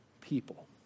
people